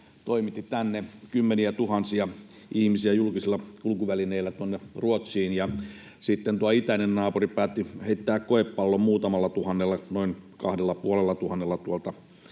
se toimitti tänne kymmeniätuhansia ihmisiä julkisilla kulkuvälineillä, tuonne Ruotsiin, ja sitten tuo itäinen naapuri päätti heittää koepallon muutamalla tuhannella, noin kahdella